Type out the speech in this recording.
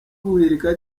guhirika